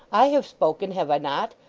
i have spoken, have i not?